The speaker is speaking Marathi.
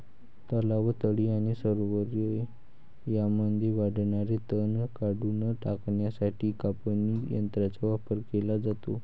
तलाव, तळी आणि सरोवरे यांमध्ये वाढणारे तण काढून टाकण्यासाठी कापणी यंत्रांचा वापर केला जातो